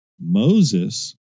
Moses